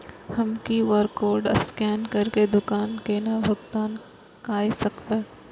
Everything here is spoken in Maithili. हम क्यू.आर कोड स्कैन करके दुकान केना भुगतान काय सकब?